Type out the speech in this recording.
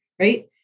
right